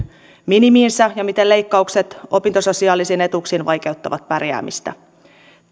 minimiinsä ja miten leikkaukset opintososiaalisiin etuuksiin vaikeuttavat pärjäämistä